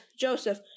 Joseph